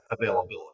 availability